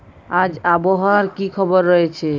আজ আবহাওয়ার কি খবর রয়েছে?